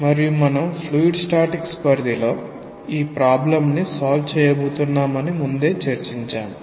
మరియు మనం fluid statics పరిధిలో ఈ సమస్యను పరిష్కరించబోతున్నామని ముందే చర్చించాము